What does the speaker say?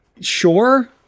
Sure